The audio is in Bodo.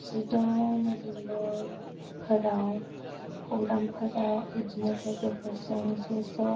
जिद' नभेम्बर फोराव खौरांफोराव बिदिनो लोगोफोरजों ज' ज'